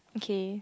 okay